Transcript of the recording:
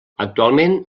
actualment